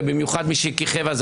ובמיוחד ממי שכיכב אז,